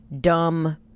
dumb